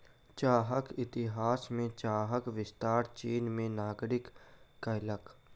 चाहक इतिहास में चाहक विस्तार चीन के नागरिक कयलक